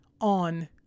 on